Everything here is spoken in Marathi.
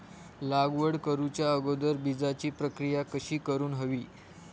लागवड करूच्या अगोदर बिजाची प्रकिया कशी करून हवी?